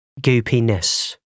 goopiness